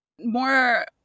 more